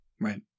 Right